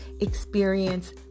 experience